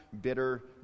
bitter